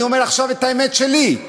אני אומר עכשיו את האמת שלי.